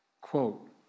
Quote